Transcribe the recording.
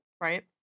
right